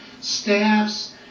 staffs